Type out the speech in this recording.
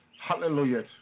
Hallelujah